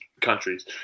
countries